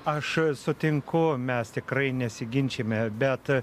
aš sutinku mes tikrai nesiginčijame bet